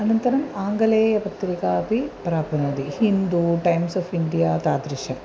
अनन्तरम् आङ्गलेयपत्रिका अपि प्राप्नोति हिन्दू टैम्स् आफ़् इण्डिया तादृशम्